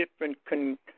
different